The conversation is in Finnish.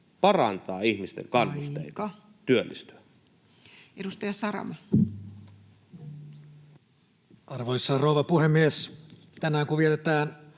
parantaa ihmisten kannusteita työllistyä? [Puhemies: Aika!] Edustaja Saramo. Arvoisa rouva puhemies! Tänään, kun vietetään